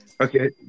Okay